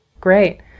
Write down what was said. Great